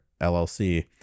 LLC